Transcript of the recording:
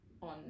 on